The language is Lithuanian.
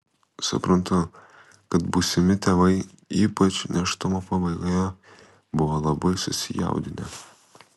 suprantu kad būsimi tėvai ypač nėštumo pabaigoje buvo labai susijaudinę